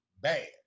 bad